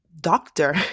doctor